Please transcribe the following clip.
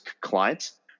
clients